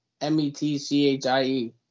M-E-T-C-H-I-E